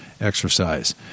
exercise